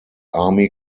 army